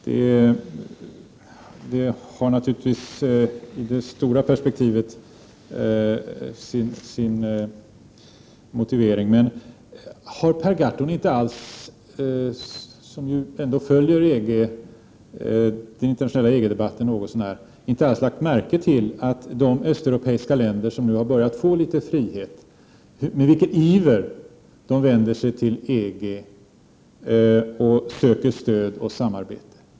Det är naturligtvis motiverat i det stora perspektivet, men har Per Gahrton, som ändå följer den internationella EG-debatten något så när, inte alls lagt märkte till att de östeuropeiska länder som har börjat få litet frihet med iver vänder sig till EG och söker stöd och samarbete?